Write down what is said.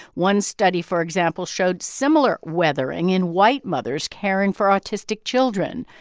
one study, for example, showed similar weathering in white mothers caring for autistic children.